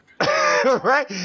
Right